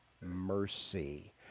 mercy